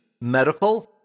medical